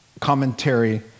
commentary